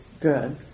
good